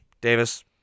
Davis